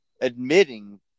admitting